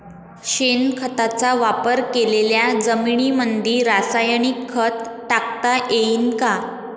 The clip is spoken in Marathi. शेणखताचा वापर केलेल्या जमीनीमंदी रासायनिक खत टाकता येईन का?